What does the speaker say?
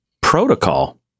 Protocol